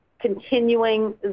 continuing